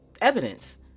evidence